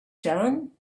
done